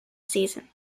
season